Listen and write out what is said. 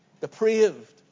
depraved